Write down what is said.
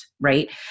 Right